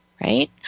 right